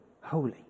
holy